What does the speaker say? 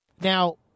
Now